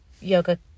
yoga